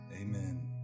Amen